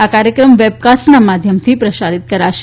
આ ક્રાર્યક્રમ વેબકાસ્ટનાં માધ્યમથી પ્રસારીત કરાશે